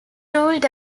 ruled